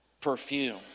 perfume